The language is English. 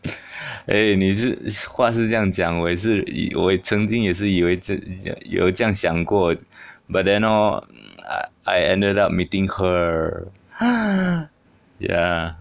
eh 你这是话是这样讲我也是有我也曾经也是有一次有这样想过 but then hor I I ended up meeting her ya